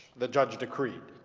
the judge decreed.